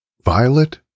Violet